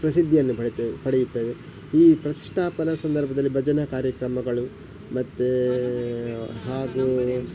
ಪ್ರಸಿದ್ಧಿಯನ್ನು ಪಡಿತವೆ ಪಡೆಯುತ್ತವೆ ಈ ಪ್ರತಿಷ್ಠಾಪನ ಸಂದರ್ಭದಲ್ಲಿ ಭಜನಾ ಕಾರ್ಯಕ್ರಮಗಳು ಮತ್ತೆ ಹಾಗೂ